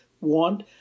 want